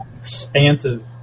expansive